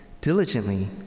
diligently